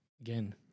Again